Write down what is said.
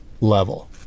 level